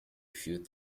few